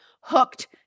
hooked